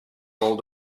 rolled